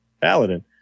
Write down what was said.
Paladin